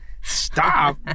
Stop